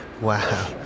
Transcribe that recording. Wow